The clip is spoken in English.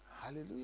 Hallelujah